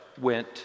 went